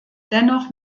dennoch